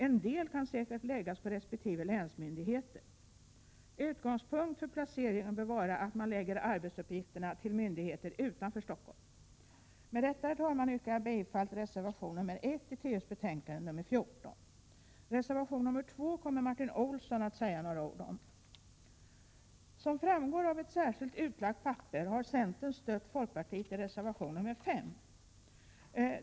En del kan säkert läggas på resp. länsmyndigheter. Utgångspunkt för placeringen bör vara att arbetsuppgifterna läggs på myndigheter utanför Stockholm. Med detta, herr talman, yrkar jag bifall till reservation nr 1 i trafikutskottets betänkande nr 14. Reservation nr 2 kommer Martin Olsson att säga några ord om. Som framgår av ett särskilt utdelat papper har centern stött folkpartiet i reservation nr 5.